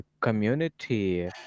community